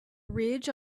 ridge